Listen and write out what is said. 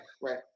right